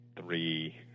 three